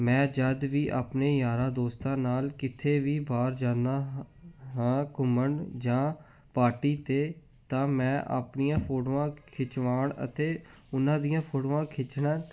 ਮੈਂ ਜਦ ਵੀ ਆਪਣੇ ਯਾਰਾਂ ਦੋਸਤਾਂ ਨਾਲ ਕਿੱਥੇ ਵੀ ਬਾਹਰ ਜਾਂਦਾ ਹਾਂ ਘੁੰਮਣ ਜਾਂ ਪਾਰਟੀ 'ਤੇ ਤਾਂ ਮੈਂ ਆਪਣੀਆਂ ਫੋਟੋਆਂ ਖਿਚਵਾਉਣ ਅਤੇ ਉਹਨਾਂ ਦੀਆਂ ਫੋਟੋਆਂ ਖਿੱਚਣਾ